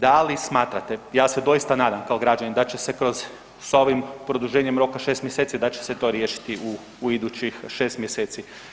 Da li smatrate, ja se doista nadam kao građanin da će se kroz, sa ovim produženjem roka 6 mjeseci da će se to riješiti u idućih 6 mjeseci.